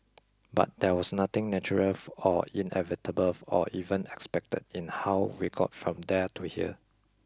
but there was nothing natural or inevitable or even expected in how we got from there to here